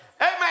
Amen